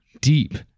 deep